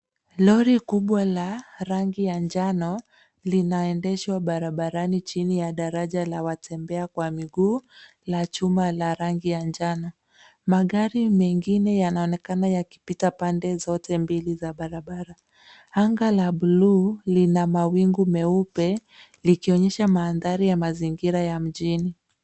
Lori kubwa la rangi ya njano linaendeshwa barabarani ,chini ya daraja la watembea kwa miguu, la chuma la rangi ya njano. Magari mengine yanaonekana yakipita pande zote mbili za barabara .Anga la blue lina mawingu meupe, likionyesha maandhari ya mazingira ya mjini.